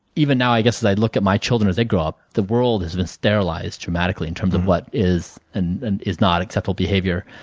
even now i guess i look at my children as they grow up. the world has been sterilized dramatically in terms of what is and and is not acceptable behavior.